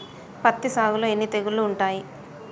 పత్తి సాగులో ఎన్ని తెగుళ్లు ఉంటాయి?